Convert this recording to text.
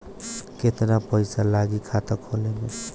केतना पइसा लागी खाता खोले में?